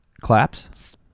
Claps